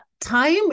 time